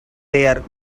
their